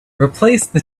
replace